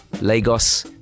Lagos